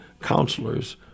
counselors